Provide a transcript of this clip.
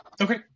Okay